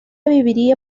viviría